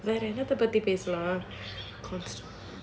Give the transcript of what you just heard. வேற என்னத்த பத்தி பேச:vera ennatha pathi pesa